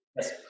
Yes